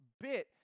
bit